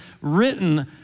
written